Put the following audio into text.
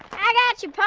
i got ya